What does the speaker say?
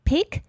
Pick